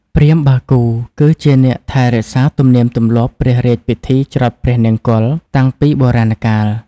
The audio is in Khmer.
ព្រាហ្មណ៍បាគូ គឺជាអ្នកថែរក្សាទំនៀមទម្លាប់ព្រះរាជពិធីច្រត់ព្រះនង្គ័លតាំងពីបុរាណកាល។